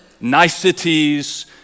niceties